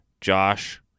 josh